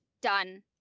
done